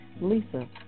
Lisa